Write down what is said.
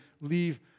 leave